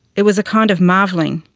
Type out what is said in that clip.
it was a kind of marvelling,